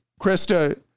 Krista